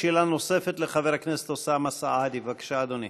שאלה נוספת לחבר הכנסת אוסאמה סעדי, בבקשה, אדוני.